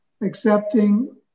accepting